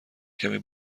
کمی